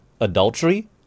Adultery